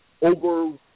over